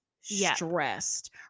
stressed